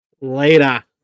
Later